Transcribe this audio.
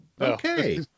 Okay